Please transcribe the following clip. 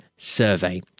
Survey